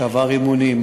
שעבר אימונים,